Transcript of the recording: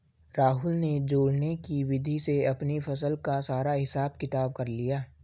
राहुल ने जोड़ने की विधि से अपनी फसल का सारा हिसाब किताब कर लिया